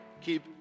Keep